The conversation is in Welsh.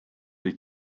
wyt